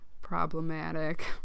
problematic